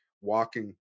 walking